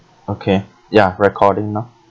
okay ya recording now